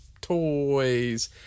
toys